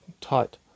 tight